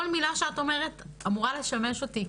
כל מילה שאת אומרת אמורה לשמש אותי,